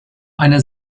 eine